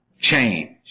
Change